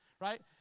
Right